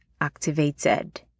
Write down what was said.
activated